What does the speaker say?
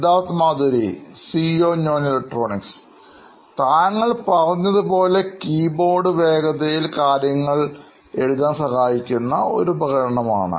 Siddharth Madhuri CEO നോയിൻ electronics താങ്കൾ പറഞ്ഞതുപോലെ കീബോർഡ് വേഗതയിൽ കാര്യങ്ങൾ എഴുതാൻ സഹായിക്കുന്ന ഉപകരണമാണ്